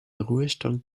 ruhestand